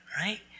right